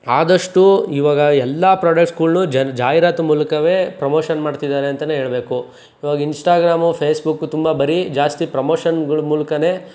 ಆದಷ್ಟೂ ಇವಾಗ ಎಲ್ಲ ಪ್ರೋಡಕ್ಟ್ಸ್ಗಳ್ನು ಜಾಹೀರಾತು ಮೂಲಕವೇ ಪ್ರೊಮೋಷನ್ ಮಾಡ್ತಿದ್ದಾರೆ ಅಂತಲೇ ಹೇಳ್ಬೇಕು ಇವಾಗ ಇನ್ಸ್ಟಾಗ್ರಾಮು ಫೇಸ್ಬುಕ್ಕು ತುಂಬ ಬರೀ ಜಾಸ್ತಿ ಪ್ರಮೋಷನ್ಗಳ ಮೂಲಕನೇ